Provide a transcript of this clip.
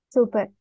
Super